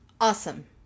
Awesome